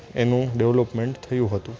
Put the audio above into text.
એનું ડેવલપમેન્ટ થયું હતું